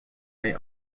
may